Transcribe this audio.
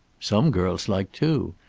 some girls like two.